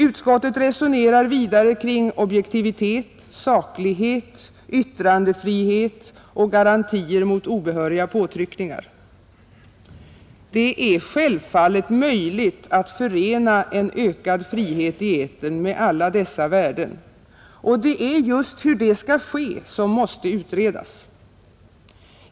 Utskottet resonerar vidare kring objektivitet, saklighet, yttrandefri het och garantier mot obehöriga påtryckningar. Det är självfallet möjligt att förena en ökad frihet i etern med alla dessa värden, och det är just hur det skall ske som måste utredas.